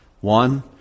One